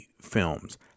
films